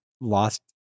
lost